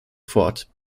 fort